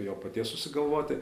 jo paties susigalvoti